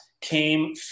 came